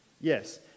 Yes